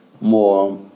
more